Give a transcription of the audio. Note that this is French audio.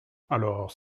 alors